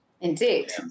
Indeed